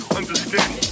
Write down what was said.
understand